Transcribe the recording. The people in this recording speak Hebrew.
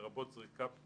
לרבות זריקה,